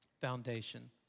foundation